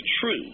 true